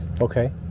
Okay